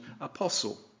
apostle